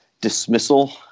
dismissal